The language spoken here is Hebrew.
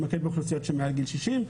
מעל גיל 60,